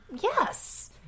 Yes